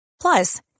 Plus